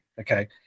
okay